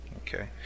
Okay